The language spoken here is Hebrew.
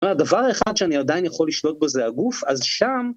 אבל הדבר האחד שאני עדיין יכול לשלוט בו זה הגוף, אז שם...